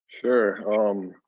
Sure